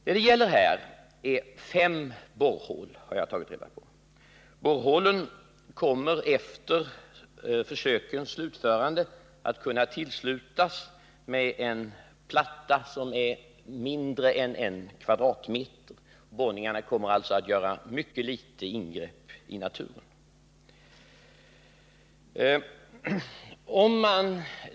Vad det gäller här är fem borrhål, det har jag tagit reda på. Borrhålen kommer efter försökens slutförande att kunna tillslutas med en platta som är mindre än en kvadratmeter. Borrningarna kommer alltså att göra mycket litet ingrepp i naturen.